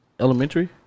elementary